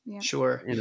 Sure